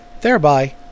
thereby